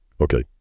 Okay